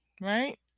right